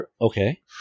okay